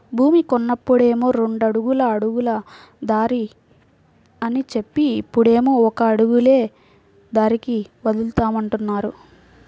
భూమి కొన్నప్పుడేమో రెండడుగుల అడుగుల దారి అని జెప్పి, ఇప్పుడేమో ఒక అడుగులే దారికి వదులుతామంటున్నారు